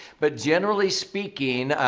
but generally speaking,